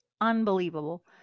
unbelievable